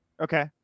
Okay